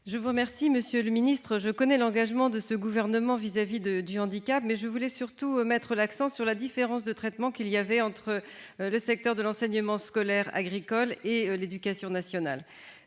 Je vous remercie, monsieur le ministre. Je connais l'engagement de ce gouvernement vis-à-vis du handicap, mais je voulais surtout mettre l'accent sur la différence de traitement qu'il y avait entre l'enseignement scolaire agricole et l'éducation nationale.